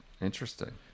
Interesting